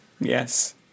Yes